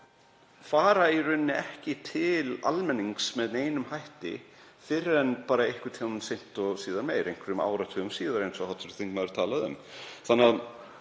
fara í rauninni ekki til almennings með neinum hætti fyrr en einhvern tímann seint og síðar meir, einhverjum áratugum síðar, eins og hv. þingmaður talaði um.